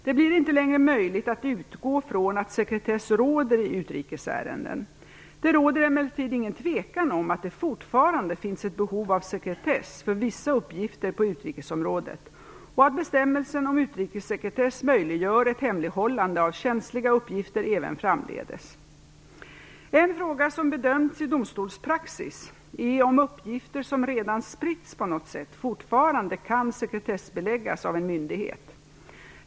Det blir inte längre möjligt att utgå från att sekretess råder i utrikes ärenden. Det råder emellertid ingen tvekan om att det fortfarande finns ett behov av sekretess för vissa uppgifter på utrikesområdet och att bestämmelsen om utrikessekretess möjliggör ett hemlighållande av känsliga uppgifter även framdeles. En fråga som bedömts i domstolspraxis är om uppgifter som redan spritts på något sätt fortfarande kan sekretessbeläggas av en myndighet.